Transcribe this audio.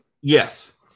yes